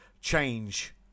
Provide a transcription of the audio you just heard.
change